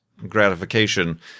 gratification